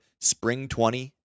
SPRING20